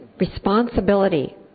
responsibility